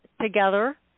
together